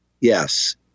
yes